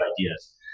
ideas